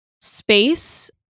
space